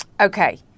Okay